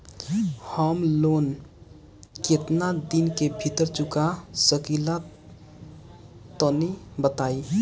हम लोन केतना दिन के भीतर चुका सकिला तनि बताईं?